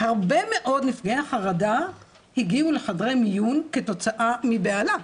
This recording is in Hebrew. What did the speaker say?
הרבה מאוד נפגעי החרדה הגיעו לחדרי המיון כתוצאה מבהלה,